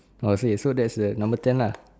oh see so that's the number ten lah